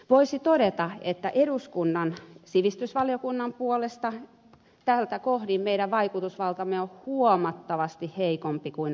voisi todeta että eduskunnan sivistysvaliokunnassa tältä kohdin meidän vaikutusvaltamme on huomattavasti heikompi kuin aikaisemmin